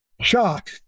shock